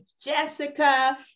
Jessica